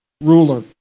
ruler